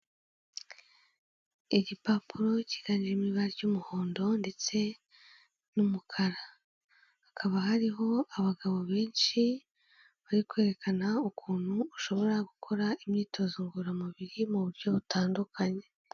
Igipapuro kiganjemo ibara ry'umuhondo ndetse n'umukara, hakaba hariho abagabo benshi bari kwerekana ukuntu ushobora gukora imyitozo ngororamubiri mu buryo butandukanye.